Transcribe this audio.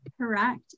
Correct